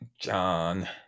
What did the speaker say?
John